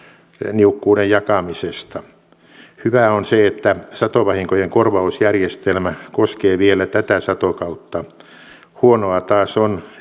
niukkuuden jakamisesta hyvää on se että satovahinkojen korvausjärjestelmä koskee vielä tätä satokautta huonoa taas on